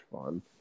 fun